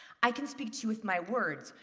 i can speak to you with my words,